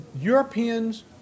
Europeans